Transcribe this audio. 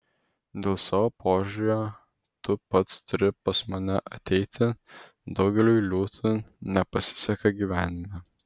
dėl savo požiūrio tu pats turi pas mane ateiti daugeliui liūtų nepasiseka gyvenime